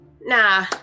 Nah